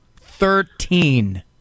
Thirteen